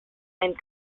and